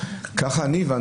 ככה אני הבנתי.